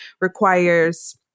requires